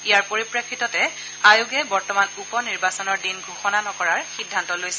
ইয়াৰ পৰিপ্ৰেক্ষিততে আয়োগে বৰ্তমান উপ নিৰ্বাচনৰ দিন ঘোষণা নকৰাৰ সিদ্ধান্ত লৈছে